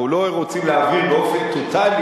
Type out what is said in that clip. אנחנו לא רוצים להעביר באופן טוטלי